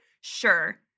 sure